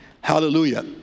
Hallelujah